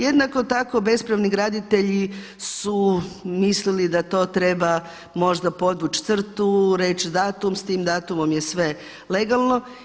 Jednako tako bespravni graditelji su mislili da to treba možda podvući crtu, reći datum, s tim datumom je sve legalno.